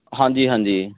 ਹਾਂਜੀ ਹਾਂਜੀ